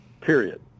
period